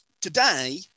Today